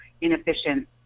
inefficient